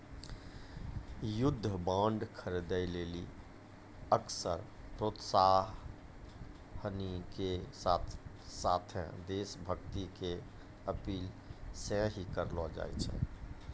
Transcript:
युद्ध बांड खरीदे लेली अक्सर प्रोत्साहनो के साथे देश भक्ति के अपील सेहो करलो जाय छै